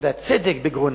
והצדק בגרונם,